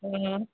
ꯎꯝ